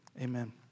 Amen